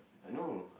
uh no